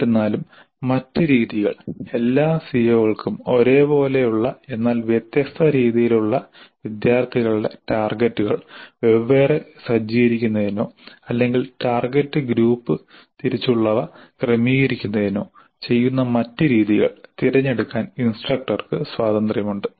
എന്നിരുന്നാലും മറ്റ് രീതികൾ എല്ലാ സിഒകൾക്കും ഒരേ പോലെയുള്ള എന്നാൽ വ്യത്യസ്ത രീതിയിലുള്ള വിദ്യാർത്ഥികളുടെ ടാർഗെറ്റുകൾ വെവ്വേറെ സജ്ജീകരിക്കുന്നതിനോ അല്ലെങ്കിൽ ടാർഗെറ്റ് ഗ്രൂപ്പ് തിരിച്ചുള്ളവ ക്രമീകരിക്കുന്നതിനോ ചെയ്യുന്ന മറ്റ് രീതികൾ തിരഞ്ഞെടുക്കാൻ ഇൻസ്ട്രക്ടർക്ക് സ്വാതന്ത്ര്യമുണ്ട്